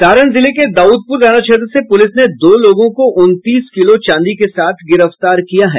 सारण जिले के दाउदपुर थाना क्षेत्र से पुलिस ने दो लोगों को उनतीस किलो चांदी के साथ गिरफ्तार किया है